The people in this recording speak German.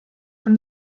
von